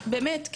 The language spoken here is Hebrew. באמת,